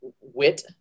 wit